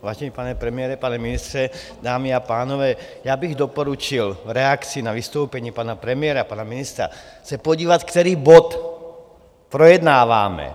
Vážený pane premiére, pane ministře, dámy a pánové, já bych doporučil v reakci na vystoupení pana premiéra, pana ministra se podívat, který bod projednáváme.